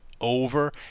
over